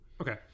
Okay